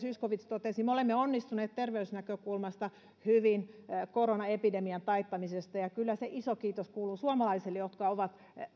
zyskowicz totesi me olemme onnistuneet terveysnäkökulmasta hyvin koronaepidemian taittamisessa ja ja kyllä iso kiitos siitä kuuluu suomalaisille jotka ovat